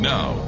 Now